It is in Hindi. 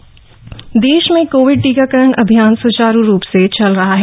टीकाकरण अभियान देश में कोविड टीकाकरण अभियान सुचारू रूप से चल रहा है